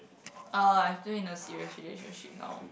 uh I still in a serious relationship now